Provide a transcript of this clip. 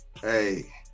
Hey